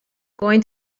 going